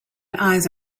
eyes